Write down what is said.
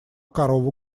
корову